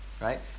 Right